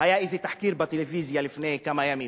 היה איזה תחקיר בטלוויזיה לפני כמה ימים,